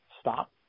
stop